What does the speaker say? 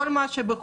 כל מה שבחובה,